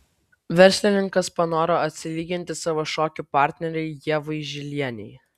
verslininkas panoro atsilyginti savo šokių partnerei ievai žilienei